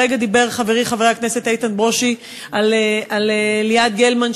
הרגע דיבר חברי חבר הכנסת איתן ברושי על אליאב גלמן,